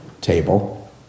table